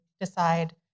decide